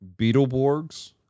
Beetleborgs